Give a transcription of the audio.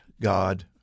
God